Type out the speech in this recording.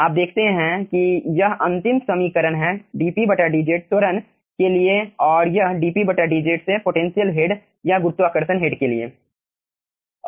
आप देखते हैं कि यह अंतिम समीकरण है dpdz त्वरण के लिए और यह dpdz से पोटेंशियल हेड या गुरुत्वाकर्षण हेड के लिए है